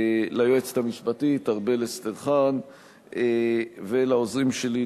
ליועצת המשפטית ארבל אסטרחן ולעוזרים שלי,